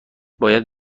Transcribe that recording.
باید